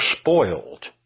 spoiled